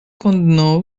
condenou